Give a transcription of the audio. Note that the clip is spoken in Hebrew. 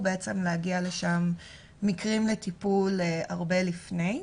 בעצם להגיע לשם מקרים לטיפול הרבה לפני.